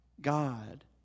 God